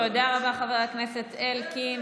תודה רבה, חבר הכנסת אלקין.